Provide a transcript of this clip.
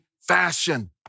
fashion